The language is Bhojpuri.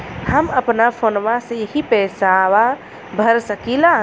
हम अपना फोनवा से ही पेसवा भर सकी ला?